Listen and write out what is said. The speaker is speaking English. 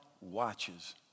watches